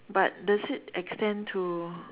but does it extend to